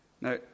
Now